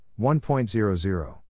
1.00